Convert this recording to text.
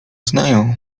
znają